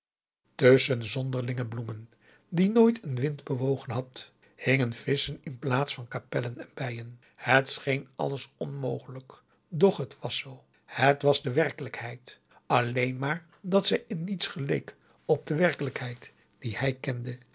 tusschen zonderlinge bloemen die nooit een wind bewogen had hingen visschen in plaats van kapellen en bijen het scheen alles onmogelijk doch het wàs zoo het was de werkelijkheid alleen maar dat zij in niets geleek op de werkelijkheid die hij kende